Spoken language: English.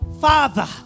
Father